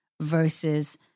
versus